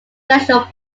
national